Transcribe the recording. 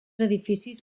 edificis